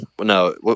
no